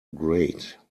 great